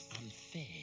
unfair